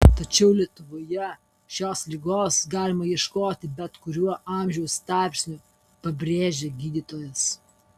tačiau lietuvoje šios ligos galima ieškoti bet kuriuo amžiaus tarpsniu pabrėžia gydytojas